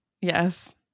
Yes